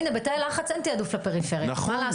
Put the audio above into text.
הנה בתאי לחץ אין תעדוף לפריפריה, מה לעשות?